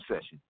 session